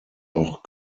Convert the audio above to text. auch